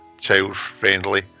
child-friendly